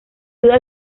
duda